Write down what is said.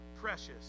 precious